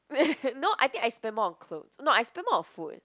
wait no I think I spend more on clothes no I spend more on food